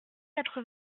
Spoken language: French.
quatre